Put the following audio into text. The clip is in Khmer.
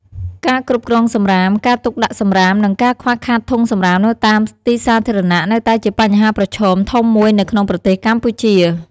ការគ្រប់គ្រងសំរាម ការទុកដាក់សំរាម និងការខ្វះខាតធុងសំរាមនៅតាមទីសាធារណៈនៅតែជាបញ្ហាប្រឈមធំមួយនៅក្នុងប្រទេសកម្ពុជា។